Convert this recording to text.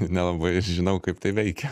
nelabai žinau kaip tai veikia